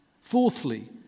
Fourthly